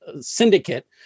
syndicate